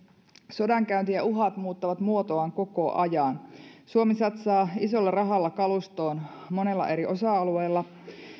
sodankäynti ja uhat muuttavat muotoaan koko ajan suomi satsaa isolla rahalla kalustoon monella eri osa alueella